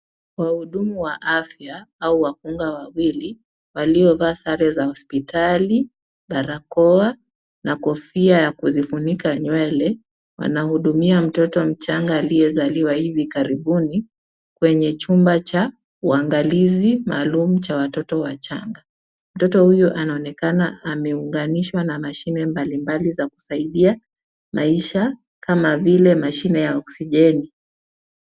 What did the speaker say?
Waudumu wa afya au wakunga wawili, walio vaa sare za hospitali, barakoa, na kofia ya kuzifunika nywele, wanahudumia mtoto mchanga aliyezaliwa hivi karibuni kwenye chumba cha uangalizi maalum cha watoto wachanga. Mtoto huyu anaonekana ameunganishwa na mashine mbalimbali za kusaidia maisha kama vile mashine ya oksijeni,